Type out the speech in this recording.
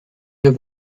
wir